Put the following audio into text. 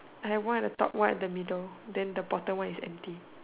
I have one at the top one at the middle then the bottom one is empty